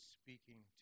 speaking